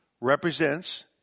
represents